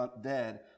dead